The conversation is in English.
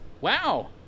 Wow